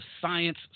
science